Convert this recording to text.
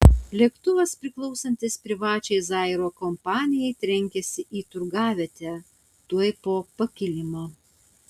lėktuvas priklausantis privačiai zairo kompanijai trenkėsi į turgavietę tuoj po pakilimo